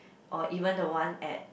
or even the one at